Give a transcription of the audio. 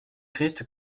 triste